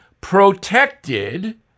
protected